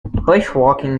bushwalking